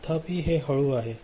तथापि हे हळू आहे